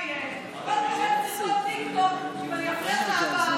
מה יהיה, לא, גלעד, לא, דבר תורה?